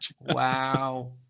wow